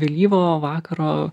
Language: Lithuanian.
vėlyvo vakaro